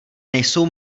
nejsou